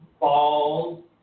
balls